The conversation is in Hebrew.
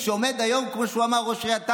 כשעומד היום, כמו שהוא אמר, ראש עיריית טייבה,